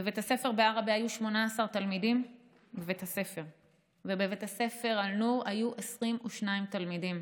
בבית הספר בעראבה היו 18 תלמידים ובבית הספר אלנור היו 22 תלמידים,